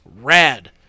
Rad